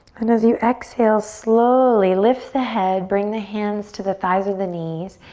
and as you exhale, slowly lift the head, bring the hands to the thighs or the knees.